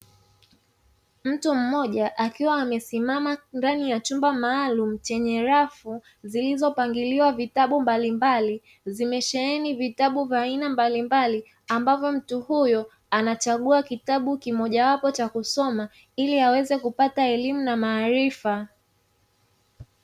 Mtu mmoja akiwa amesimama ndani ya chumba maalumu chenye rafu zilizopangiliwa vitabu mbalimbali, zimesheheni vitabu vya aina mbalimbali, ambavyo mtu huyo anachagua kitabu kimojawapo cha kusoma, ili aweze kupata elimu na maarifa.